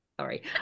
Sorry